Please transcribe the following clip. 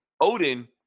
odin